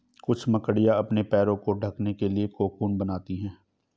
कुछ मकड़ियाँ अपने पैरों को ढकने के लिए कोकून बनाती हैं